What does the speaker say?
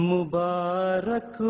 Mubarak